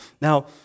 Now